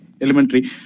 elementary